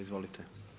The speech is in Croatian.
Izvolite.